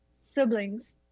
siblings